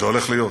זה הולך להיות,